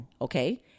Okay